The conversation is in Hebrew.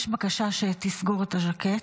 יש בקשה שתסגור את הז'קט,